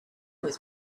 was